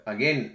Again